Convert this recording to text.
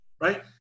right